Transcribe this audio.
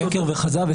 שקר וכזב,